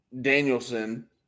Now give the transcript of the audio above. Danielson